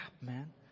man